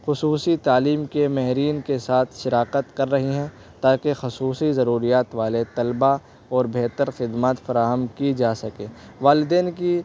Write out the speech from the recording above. خصوصی تعلیم کے ماہرین کے ساتھ شراکت کر رہی ہیں تاکہ خصوصی ضروریات والے طلبہ اور بہتر خدمات فراہم کی جا سکے والدین کی